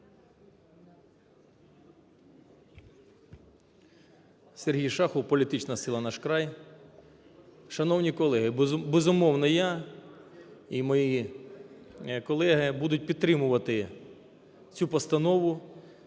СергійШахов, політична сила "Наш край". Шановні колеги, безумовно, я і мої колеги будуть підтримувати цю постанову,